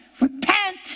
Repent